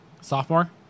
Sophomore